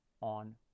on